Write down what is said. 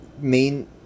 main